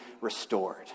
restored